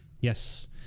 yes